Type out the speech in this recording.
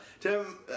Tim